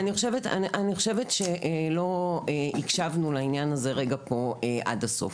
אני חושבת שלא הקשבנו לעניין הזה פה עד הסוף.